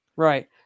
Right